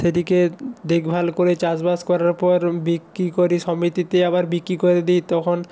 দেখভাল করে চাষবাস করার পর বিক্রি করি সমিতিতে আবার বিক্রি করে দিই তখন